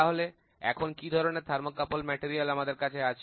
তাহলে এখন কি ধরনের তাপদ্বয় উপাদান আমাদের কাছে আছে